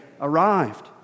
arrived